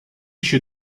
should